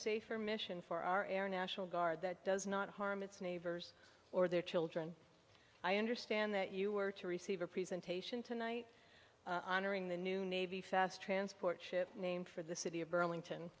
safer mission for our air national guard that does not harm its neighbors or their children i understand that you were to receive a presentation tonight honoring the new navy fast transport ship named for the city of burlington